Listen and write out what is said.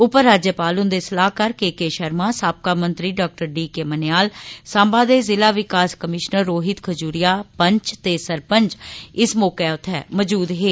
उपराज्यपाल हुंदे सलाहकार के के शर्मा साबका मंत्री डॉ डी के मन्याल सांबा दे ज़िला विकास कमीशनर रोहित खजूरिया पंच ते सरपंच इस मौके उत्थें मजूद हे